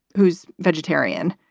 who is vegetarian?